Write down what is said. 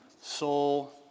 soul